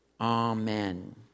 Amen